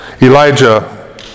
Elijah